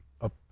Up